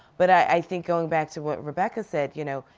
but i think going back to what rebecca said, you know,